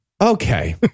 Okay